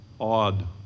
odd